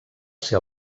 ser